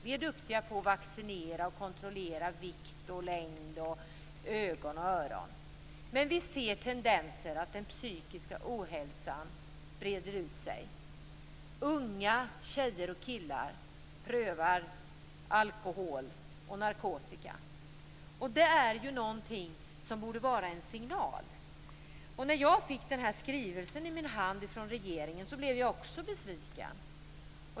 Vi är duktiga på att vaccinera, kontrollera vikt och längd, ögon och öron. Men vi ser tendenser att den psykiska ohälsan breder ut sig. Unga tjejer och killar prövar alkohol och narkotika. Det är något som borde vara en signal. När jag fick skrivelsen i min hand från regeringen blev jag också besviken.